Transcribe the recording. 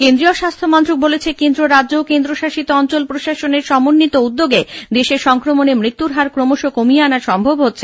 কেন্দ্রীয় স্বাস্হ্য মন্ত্রক বলেছে কেন্দ্র রাজ্য ও কেন্দ্রশাসিত অঞ্চল প্রশাসনের সমন্বিত উদ্যোগে দেশে সংক্রমণে মৃত্যুর হার ক্রমশ নামিয়ে আনা সম্ভব হচ্ছে